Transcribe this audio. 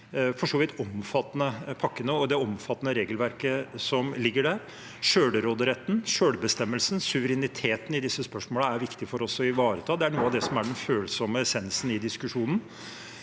for så vidt omfattende pakkene og det omfattende regelverket som ligger der. Selvråderetten, selvbestemmelsen og suvereniteten i disse spørsmålene er det viktig for oss å ivareta. Det er noe av det som er den følsomme essensen i diskusjonen.